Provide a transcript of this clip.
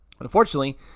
Unfortunately